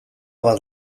bat